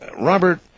robert